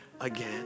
again